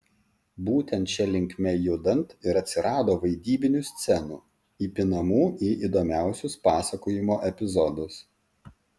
būtent šia linkme judant ir atsirado vaidybinių scenų įpinamų į įdomiausius pasakojimo epizodus